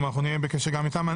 אנחנו נהיה בקשר גם איתם.